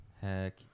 Heck